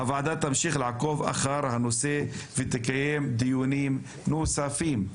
הוועדה תמשיך לעקוב אחר הנושא ותקיים דיונים נוספים.